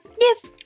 yes